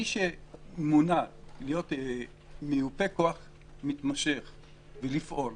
מי שמונה להיות מיופה כוח מתמשך ולפעול,